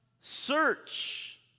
search